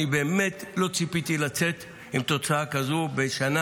אני באמת לא ציפיתי לצאת עם תוצאה כזאת בשנה